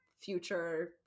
future